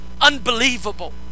unbelievable